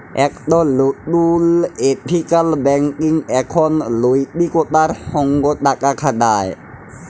একট লতুল ethical banking এখন লৈতিকতার সঙ্গ টাকা খাটায়